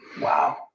wow